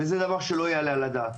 וזה לא יעלה על הדעת.